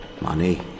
Money